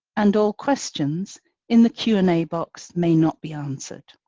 and all questions in the q and a box may not be answered.